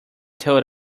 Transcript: told